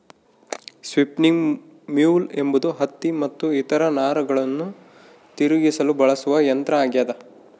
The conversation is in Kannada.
ಸ್ಪಿನ್ನಿಂಗ್ ಮ್ಯೂಲ್ ಎಂಬುದು ಹತ್ತಿ ಮತ್ತು ಇತರ ನಾರುಗಳನ್ನು ತಿರುಗಿಸಲು ಬಳಸುವ ಯಂತ್ರ ಆಗ್ಯದ